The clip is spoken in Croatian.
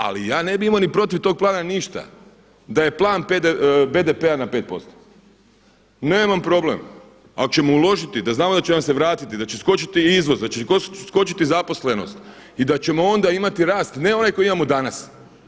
Ali ja ne bi imao ni protiv tog plana ništa da je plan BDP-a na 5%, nemam problem. ak ćemo uložiti da znamo da će nam se vratiti, da će skočiti izvoz, da će skočiti zaposlenost i da ćemo onda imati rast ne onaj koji imamo danas.